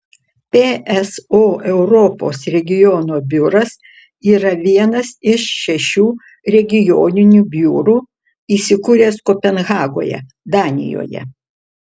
pso europos regiono biuras yra vienas iš šešių regioninių biurų įsikūręs kopenhagoje danijoje